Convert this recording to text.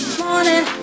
morning